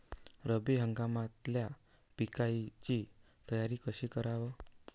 रब्बी हंगामातल्या पिकाइची तयारी कशी कराव?